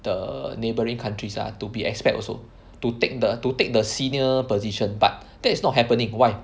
the neighbouring countries ah to be expat also to take the to take the senior position but that is not happening why